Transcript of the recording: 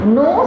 no